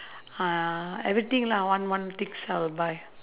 uh everything lah one one things I will buy